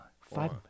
five